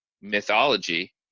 mythology